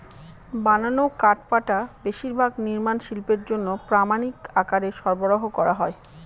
বানানো কাঠপাটা বেশিরভাগ নির্মাণ শিল্পের জন্য প্রামানিক আকারে সরবরাহ করা হয়